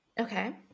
Okay